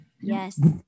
yes